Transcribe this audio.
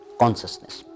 consciousness